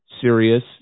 Sirius